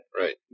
Right